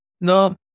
No